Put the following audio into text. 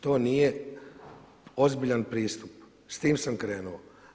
To nije ozbiljan pristup, s tim sam krenuo.